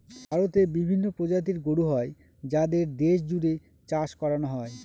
ভারতে বিভিন্ন প্রজাতির গরু হয় যাদের দেশ জুড়ে চাষ করানো হয়